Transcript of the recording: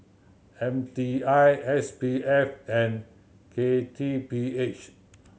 M T I S P F and K T P H